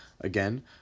again